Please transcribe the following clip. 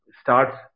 starts